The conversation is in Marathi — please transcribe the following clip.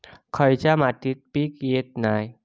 खयच्या मातीत पीक येत नाय?